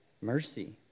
mercy